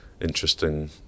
interesting